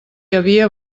havia